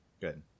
Good